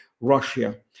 Russia